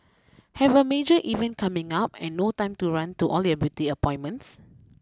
have a major event coming up and no time to run to all your beauty appointments